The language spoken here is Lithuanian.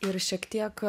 ir šiek tiek